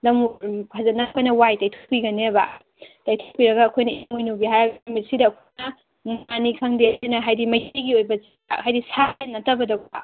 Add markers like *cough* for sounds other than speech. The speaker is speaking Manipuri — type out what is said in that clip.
*unintelligible* ꯎꯝ ꯐꯖꯅ ꯑꯩꯈꯣꯏꯅ ꯋꯥꯏ ꯇꯩꯊꯣꯛꯄꯤꯒꯅꯦꯕ ꯇꯩꯊꯣꯀꯄꯤꯔꯒ ꯑꯩꯈꯣꯏꯅ ꯏꯃꯣꯏꯅꯨꯒꯤ ꯍꯥꯏꯔꯒ ꯅꯨꯃꯤꯠꯁꯤꯗ ꯑꯩꯈꯣꯏꯅ *unintelligible* ꯈꯪꯗꯦ ꯑꯩꯈꯣꯏꯅ ꯍꯥꯏꯗꯤ ꯃꯩꯇꯩꯒꯤ ꯑꯣꯏꯕ ꯍꯥꯏꯗꯤ ꯁꯥ ꯅꯠꯇꯕꯗꯀꯣ